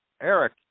Eric